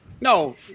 no